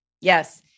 yes